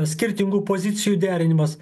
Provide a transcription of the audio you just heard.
skirtingų pozicijų derinimas